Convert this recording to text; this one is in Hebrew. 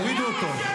תורידו אותו.